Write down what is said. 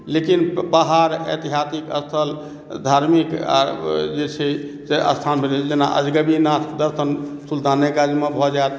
लेकिन पहाड़ एतिहासिक स्थल धार्मिक जे छै स्थान भेलै जेना अजगबीनाथ दर्शन सुल्तानेगंज मे भऽ जायत